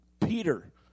Peter